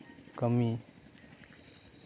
ᱠᱟᱹᱢᱤ